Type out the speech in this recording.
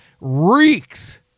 reeks